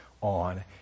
on